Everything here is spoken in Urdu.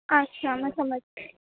اچھا میں سمجھ گئی